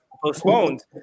postponed